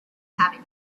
having